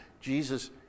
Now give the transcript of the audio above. Jesus